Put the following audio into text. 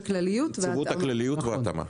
הכלליות וההתאמה.